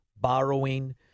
borrowing